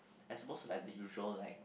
as supposed to like the usual light